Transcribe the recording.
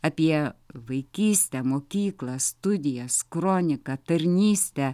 apie vaikystę mokyklą studijas kroniką tarnystę